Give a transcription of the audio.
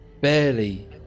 barely